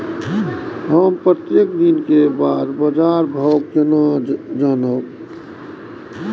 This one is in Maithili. हम प्रत्येक दिन के बाद बाजार भाव केना जानब?